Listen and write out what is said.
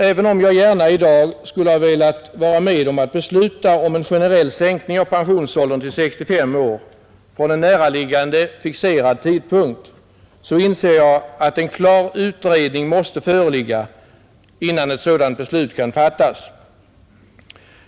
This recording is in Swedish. Även om jag gärna i dag skulle ha velat vara med om att besluta om en generell sänkning av pensionsåldern till 65 år från en näraliggande fixerad tidpunkt, så inser jag att en klar utredning måste föreligga innan ett sådant beslut kan fattas.